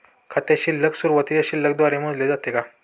खाते शिल्लक सुरुवातीच्या शिल्लक द्वारे मोजले जाते का?